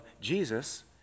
Jesus